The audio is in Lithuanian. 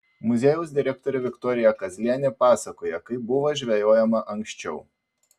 muziejaus direktorė viktorija kazlienė pasakoja kaip buvo žvejojama anksčiau